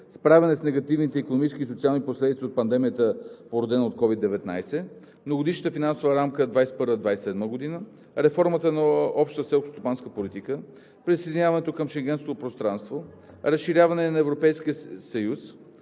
Справяне с негативните икономически и социални последици от пандемията, породена от COVID-19; - Многогодишна финансова рамка 2021 – 2027 г.; - Реформата на Общата селскостопанска политика; - Присъединяване към Шенгенското пространство; - Разширяване на Европейския съюз;